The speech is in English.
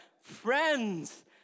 friends